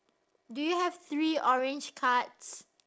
do you have three orange cards